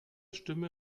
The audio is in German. stimme